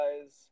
guys